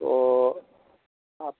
तो आप